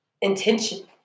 intention